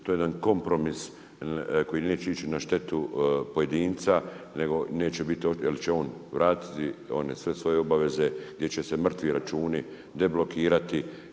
to je jedan kompromis koji neće ići na štitu pojedinca jel će vratiti sve svoje obaveze, gdje će se mrtvi računi deblokirati,